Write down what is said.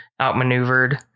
outmaneuvered